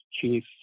Chief